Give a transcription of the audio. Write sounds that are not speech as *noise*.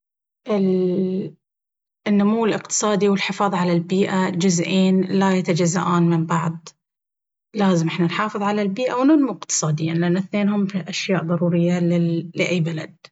*hesitation* النمو الاقتصادي والحفاظ على البيئة جزئين لا يجتزئان من بعض... لازم إحنا نحافظ على البيئة وننمو اقتصاديا لأن إثنينهم أشياء ضرورية لأي بلد